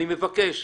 אני מבקש.